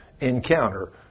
encounter